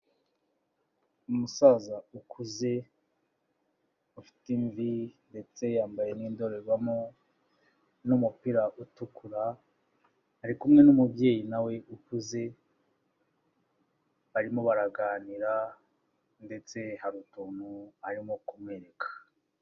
Umusaza ukuze ufite imvi ndetse yambaye n'indorerwamo n'umupira utukura, ari kumwe n'umubyeyi na we ukuze, barimo baraganira ndetse hari utuntu arimo kumwereka.